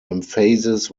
emphasis